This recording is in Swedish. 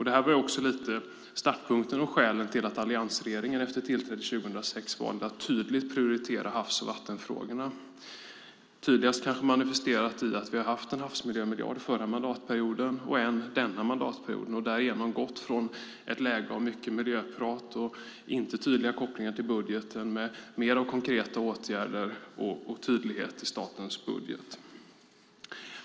Det här var lite startpunkten och skälen till att alliansregeringen efter tillträdet 2006 valde att tydligt prioritera havs och vattenfrågorna, kanske tydligast manifesterat i att vi hade en havsmiljömiljard förra mandatperioden och en denna mandatperiod och därigenom gått från ett läge av mycket miljöprat, och inte tydliga kopplingar till budgeten, till mer av konkreta åtgärder och tydlighet i statens budget.